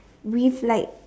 with like